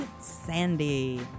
Sandy